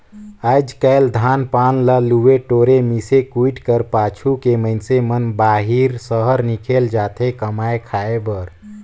आएज काएल धान पान ल लुए टोरे, मिस कुइट कर पाछू के मइनसे मन बाहिर सहर हिकेल जाथे कमाए खाए बर